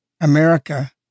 America